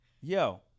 Yo